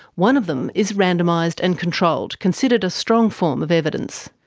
one of them is randomised and controlled, considered a strong form of evidence.